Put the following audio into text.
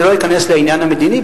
אני לא אכנס לעניין המדיני,